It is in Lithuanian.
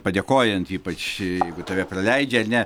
padėkojant ypač jeigu tave praleidžia ar ne